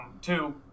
Two